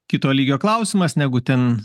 kito lygio klausimas negu ten